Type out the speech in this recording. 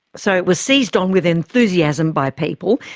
so it was seized on with enthusiasm by people.